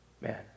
man